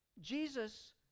Jesus